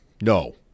no